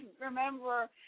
remember